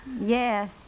Yes